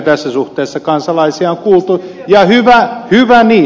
tässä suhteessa kansalaisia on kuultu ja hyvä niin